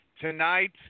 tonight